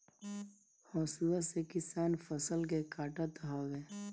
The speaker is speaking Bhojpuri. हसुआ से किसान फसल के काटत हवे